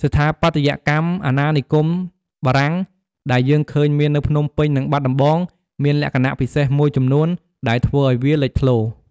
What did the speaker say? ស្ថាបត្យកម្មអាណានិគមបារាំងដែលយើងឃើញមាននៅភ្នំពេញ និងបាត់ដំបង មានលក្ខណៈពិសេសមួយចំនួនដែលធ្វើឱ្យវាលេចធ្លោ។